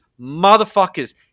motherfuckers